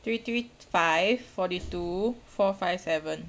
three three five forty two four five seven